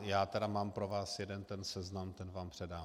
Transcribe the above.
Já tedy mám pro vás jeden ten seznam, ten vám předám.